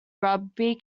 rugby